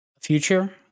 future